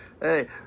hey